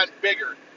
bigger